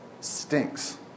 stinks